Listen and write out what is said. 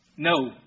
No